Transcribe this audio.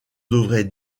devrait